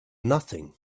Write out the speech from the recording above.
nothing